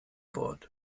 wort